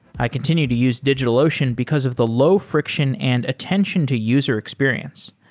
i continue to use digitalocean because of the low friction and attention to user experience.